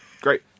great